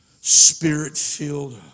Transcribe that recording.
spirit-filled